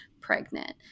pregnant